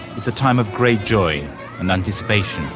it's a time of great joy and anticipation.